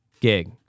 gig